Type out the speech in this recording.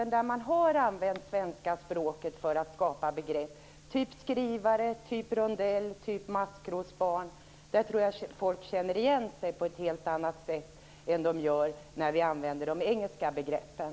När man använder svenska språket för att skapa begrepp - som t.ex. skrivare, rondell och maskrosbarn - tror jag att folk känner igen sig på ett helt annat sätt än när man använder de engelska begreppen.